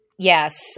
Yes